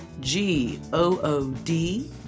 G-O-O-D